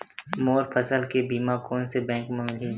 मोर फसल के बीमा कोन से बैंक म मिलही?